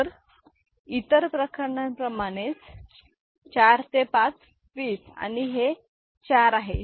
तर इतर प्रकरणांप्रमाणेच तर 4 ते 5 20 आणि हे 4 आहे